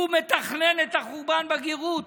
הוא מתכנן את החורבן בגרות.